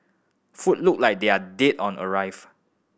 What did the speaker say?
food look like they are dead on arrival